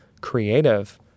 creative